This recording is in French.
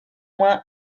moins